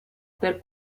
per